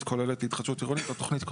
כוללת להתחדשות עירונית או תוכנית כוללנית.